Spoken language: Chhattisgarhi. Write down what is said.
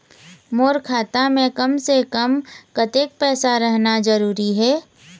मोर खाता मे कम से से कम कतेक पैसा रहना जरूरी हे?